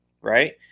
Right